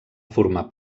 formar